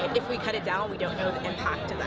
if we cut it down, we don't know the impact of that.